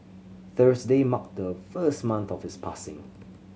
Thursday marked the first month of his passing